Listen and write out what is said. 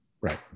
Right